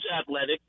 athletic